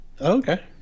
okay